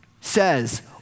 says